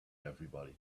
everybody